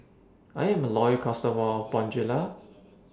I'm A Loyal customer of Bonjela